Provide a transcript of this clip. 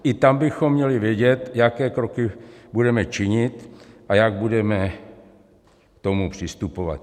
I tam bychom měli vědět, jaké kroky budeme činit a jak budeme k tomu přistupovat.